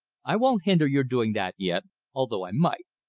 i won't hinder your doing that yet although i might.